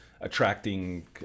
attracting